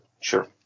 sure